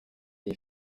les